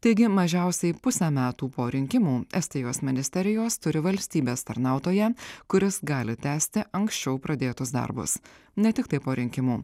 taigi mažiausiai pusę metų po rinkimų estijos ministerijos turi valstybės tarnautoją kuris gali tęsti anksčiau pradėtus darbus ne tiktai po rinkimų